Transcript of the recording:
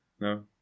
no